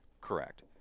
Correct